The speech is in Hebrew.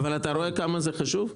אבל אתה רואה כמה זה חשוב?